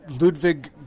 Ludwig